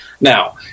Now